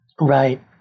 Right